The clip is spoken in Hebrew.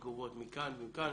קיבלתי תגובות מכאן ומכאן.